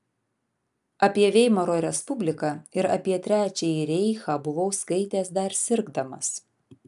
apie veimaro respubliką ir apie trečiąjį reichą buvau skaitęs dar sirgdamas